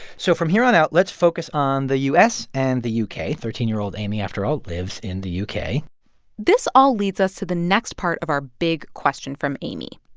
so from here on out, let's focus on the u s. and the u k. thirteen year old amy, afterall, lives in the u k this all leads us to the next part of our big question from amy.